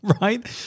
right